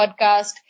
podcast